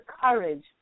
courage